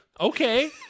Okay